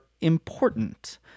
important